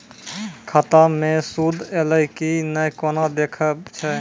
खाता मे सूद एलय की ने कोना देखय छै?